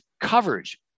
coverage